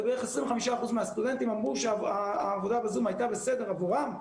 בערך 25% מהסטודנטים אמרו שהעבודה בזום הייתה בסדר עבורם,